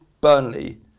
Burnley